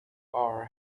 are